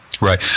Right